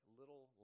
little